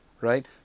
Right